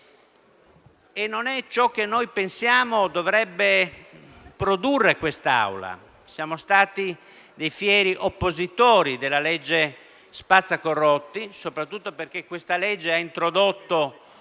e non è ciò che noi pensiamo dovrebbe produrre quest'Assemblea. Siamo stati fieri oppositori della legge spazzacorrotti, soprattutto perché essa ha introdotto